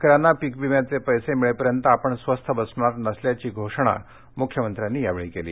शेतकऱ्यांना पिक विम्याचे पैसे मिळेपर्यंत आपण स्वस्थ बसणार नसल्याची घोषणा मुख्यमंत्र्यांनी यावेळी केली